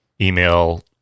email